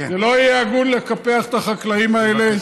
זה לא יהיה הגון לקפח את החקלאים האלה.